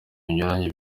binyuranye